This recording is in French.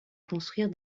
construire